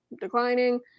declining